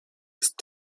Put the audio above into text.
ist